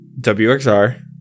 WXR